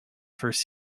first